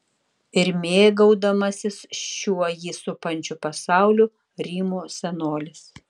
ir mėgaudamasis šiuo jį supančiu pasauliu rymo senolis